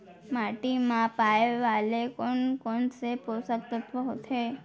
माटी मा पाए वाले कोन कोन से पोसक तत्व होथे?